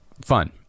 fun